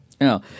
No